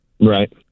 Right